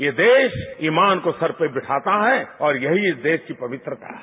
ये देश ईमान को सिर पर बैठाता है और यही इस देश की पवित्रता है